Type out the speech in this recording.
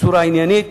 בצורה עניינית.